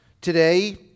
today